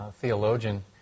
theologian